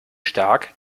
stark